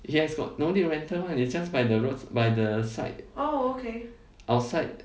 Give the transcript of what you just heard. he has got no need rental [one] uh just by the roads by the side outside